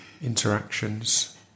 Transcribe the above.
interactions